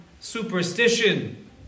superstition